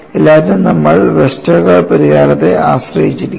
എല്ലാത്തിനും നമ്മൾ വെസ്റ്റർഗാർഡ് പരിഹാരത്തെ ആശ്രയിച്ചിരിക്കും